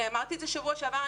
אני אמרתי את זה בשבוע שעבר,